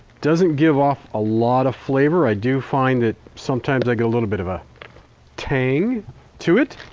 doesn't give off a lot of flavor. i do find that sometimes i go little bit of a tang to it.